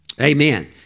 Amen